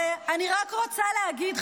ואני רק רוצה להגיד,